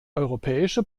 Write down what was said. europäische